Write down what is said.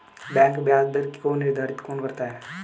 Bank ब्याज दर को निर्धारित कौन करता है?